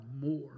more